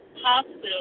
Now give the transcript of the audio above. Hospital